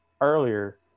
earlier